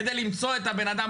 כדי למצוא את הבנאדם,